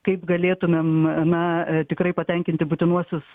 kaip galėtumėm na tikrai patenkinti būtinuosius